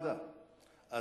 ההצעה ללכת לוועדה.